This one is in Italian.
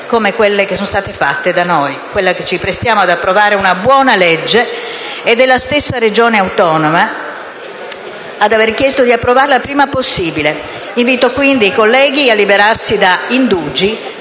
come quelle che sono state fatte da noi. Quella che ci prestiamo ad approvare è una buona legge ed è la stessa Regione autonoma ad aver chiesto di approvarla il prima possibile. Invito quindi i colleghi a liberarsi dagli indugi